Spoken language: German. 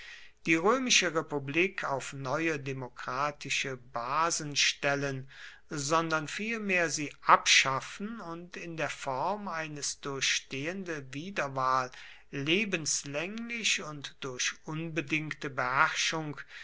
die römische republik auf neue demokratische basen stellen sondern vielmehr sie abschaffen und in der form eines durch stehende wiederwahl lebenslänglich und durch unbedingte